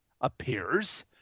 appears